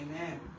Amen